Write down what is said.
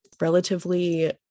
relatively